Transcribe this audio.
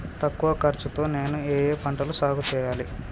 తక్కువ ఖర్చు తో నేను ఏ ఏ పంటలు సాగుచేయాలి?